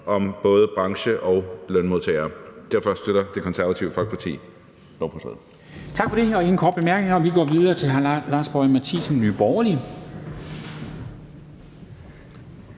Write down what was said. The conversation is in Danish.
om både branche og lønmodtagere. Derfor støtter Det Konservative Folkeparti